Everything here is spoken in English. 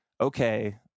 okay